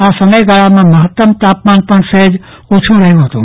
આ સમયગાળામાં મહત્તમ તાપમાન પણ સહેજ ઓછું નોંધાયું હતું